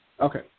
Okay